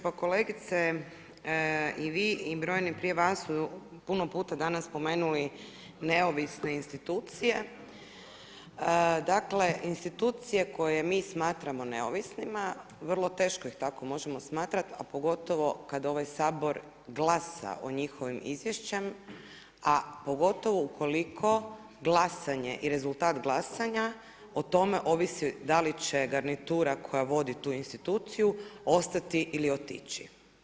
Pa kolegice i vi i brojni prije vas su puno puta danas spomenuli neovisne institucije, dakle institucije koje mi smatramo neovisno vrlo teško ih tako možemo smatrati, a pogotovo kad ovaj Sabor glasa o njihovom izvješću, a pogotovo ukoliko glasanje i rezultat glasanja o tome ovisi da li će garnitura koja vodi tu instituciju ostati ili otići.